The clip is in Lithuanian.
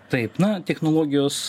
taip na technologijos